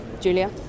Julia